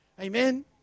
Amen